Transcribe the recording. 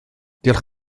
diolch